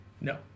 No